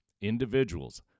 individuals